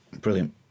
brilliant